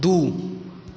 दू